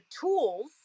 tools